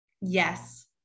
Yes